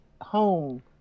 home